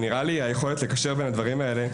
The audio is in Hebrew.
צריך לקשר בין הדברים האלה,